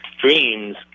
dreams